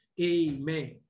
Amen